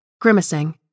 grimacing